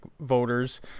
voters